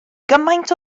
gymaint